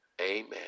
Amen